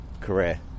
career